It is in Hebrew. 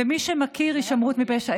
ומי שמכיר הישמרות מפשע,